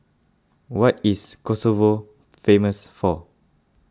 what is Kosovo famous for